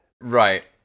Right